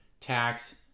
tax